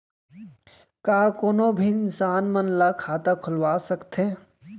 का कोनो भी इंसान मन ला खाता खुलवा सकथे?